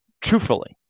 truthfully